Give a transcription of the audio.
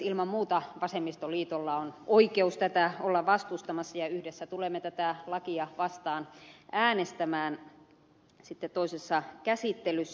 ilman muuta vasemmistoliitolla on oikeus tätä olla vastustamassa ja yhdessä tulemme tätä lakia vastaan äänestämään sitten toisessa käsittelyssä